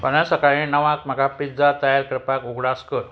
फाल्यां सकाळी णवांक म्हाका पिझ्झा तयार करपाक उगडास कर